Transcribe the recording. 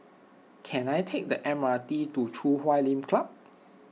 can I take the M R T to Chui Huay Lim Club